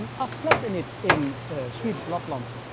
um i've slept in it in swedish lapland,